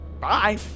Bye